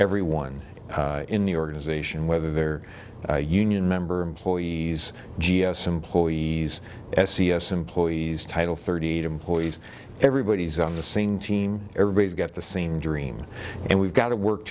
everyone in the organization whether they're union member employees g s employees s e s employees title thirty eight employees everybody's on the same team everybody's got the same dream and we've got to work